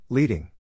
Leading